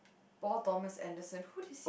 Paul Thomas Anderson who this